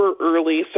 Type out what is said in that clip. early